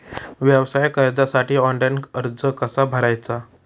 व्यवसाय कर्जासाठी ऑनलाइन अर्ज कसा भरायचा?